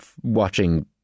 watching